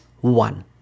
one